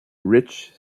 rich